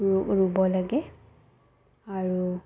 ৰু ৰুব লাগে আৰু